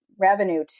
revenue